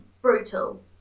brutal